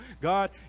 God